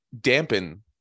dampen